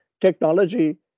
technology